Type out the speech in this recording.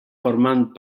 formant